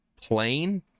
plane